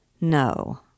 No